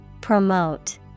Promote